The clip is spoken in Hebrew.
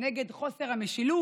נגד הבזבזנות, נגד חוסר המשילות,